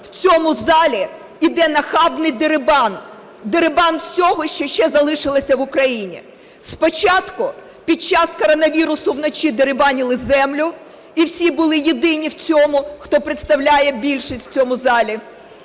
в цьому залі іде нахабний дерибан, дерибан всього, що ще залишилося в Україні. Спочатку під час коронавірусу вночі дерибанили землю, і всі були єдині в цьому, хто представляє більшість в цьому залі,